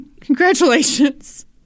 Congratulations